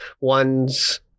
One's